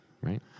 Right